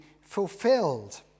fulfilled